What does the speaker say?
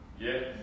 Yes